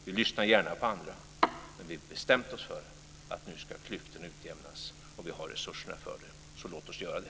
Vi lyssnar gärna på andra. Men vi har bestämt oss för att nu ska klyftorna utjämnas och vi har resurserna för det, så låt oss göra det.